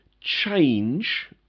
change